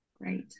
great